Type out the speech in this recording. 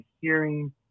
hearing